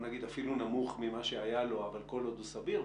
אפילו נמוך ממה שהיה לו אבל סביר.